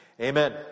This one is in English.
Amen